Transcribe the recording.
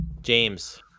James